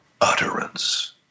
utterance